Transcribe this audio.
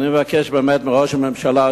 אני מבקש מראש הממשלה,